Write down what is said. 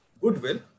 goodwill